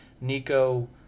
Nico